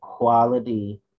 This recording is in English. quality